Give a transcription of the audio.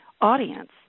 audience